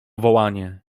wołanie